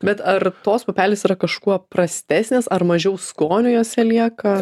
bet ar tos pupelės yra kažkuo prastesnės ar mažiau skonio jose lieka